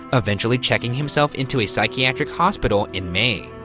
eventually checking himself into a psychiatric hospital in may.